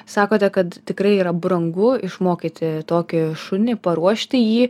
sakote kad tikrai yra brangu išmokyti tokį šunį paruošti jį